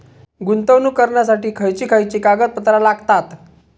गुंतवणूक करण्यासाठी खयची खयची कागदपत्रा लागतात?